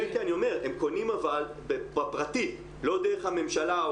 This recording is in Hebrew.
כן, הם קונים בפרטי, לא דרך הממשלה.